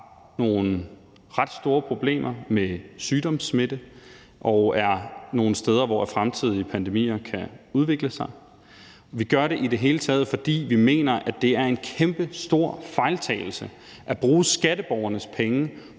nogle ret store problemer med sygdomssmitte, og at det er nogle steder, hvor fremtidige pandemier kan udvikle sig. Vi gør det i det hele taget, fordi vi mener, at det er en kæmpestor fejltagelse at bruge skatteborgernes penge